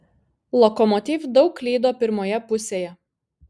lokomotiv daug klydo pirmoje pusėje